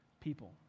people